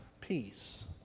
peace